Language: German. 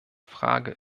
frage